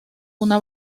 una